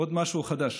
עוד משהו חדש.